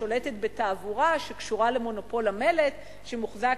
ששולטת בתעבורה שקשורה למונופול המלט שמוחזק